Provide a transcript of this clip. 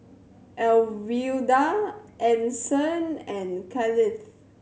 Alwilda Ason and Cailyn